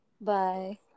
Bye